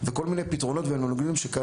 וכל מיני פתרונות אחרים שקיימים.